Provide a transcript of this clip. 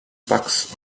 bucks